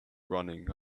running